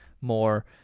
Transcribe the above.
more